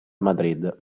madrid